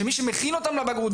שמי שמכין אותם לבגרות,